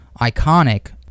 iconic